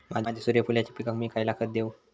माझ्या सूर्यफुलाच्या पिकाक मी खयला खत देवू?